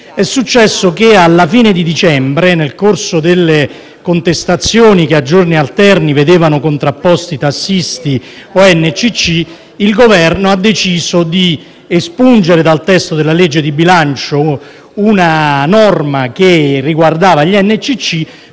perché alla fine di dicembre, nel corso delle contestazioni che a giorni alterni vedevano contrapposti tassisti o NCC, il Governo ha deciso di espungere dal testo della legge di bilancio una norma che riguardava gli NCC,